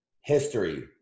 history